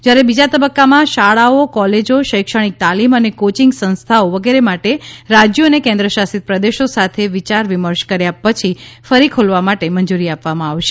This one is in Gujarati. જ્યારે બીજા તબક્કામાં શાળાઓ કોલેજો શૈક્ષણિક તાલીમ અને કોચિંગ સંસ્થાઓ વગેરે માટે રાજ્યો અને કેન્દ્ર શાસિત પ્રદેશો સાથે વિયાર વિમર્શ કર્યા પછી ફરી ખોલવા માટે મંજૂરી આપવામાં આવશે